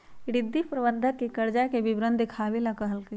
रिद्धि प्रबंधक के कर्जा के विवरण देखावे ला कहलकई